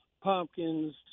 pumpkins